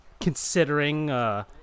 considering